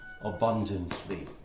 abundantly